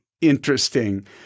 interesting